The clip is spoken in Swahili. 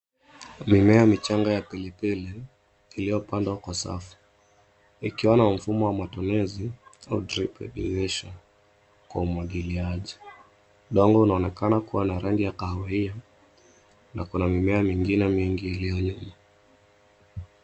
Mimea michanga ya pilipili iliyo pandwa kwa safu ikiwa na mfumo wa matumizi au drip irrigation kwa umwagiliaji. Udongo unaonekana kuwa na rangi ya kahawia na kuna mimea mingine mingi iliyo nyuma.